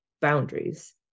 boundaries